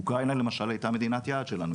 אוקראינה למשל הייתה מדינת יעד שלנו.